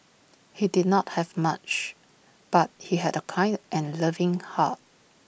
he did not have much but he had A kind and loving heart